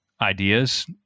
ideas